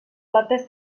plantes